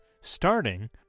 starting